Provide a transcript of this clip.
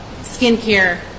skincare